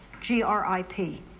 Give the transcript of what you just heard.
G-R-I-P